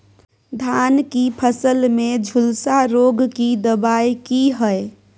धान की फसल में झुलसा रोग की दबाय की हय?